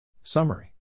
Summary